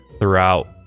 throughout